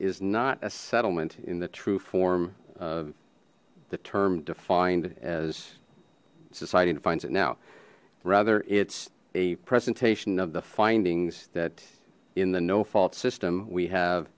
is not a settlement in the true form of the term defined as society defines it now rather it's a presentation of the findings that in the no fault system we have